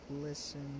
Listen